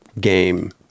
game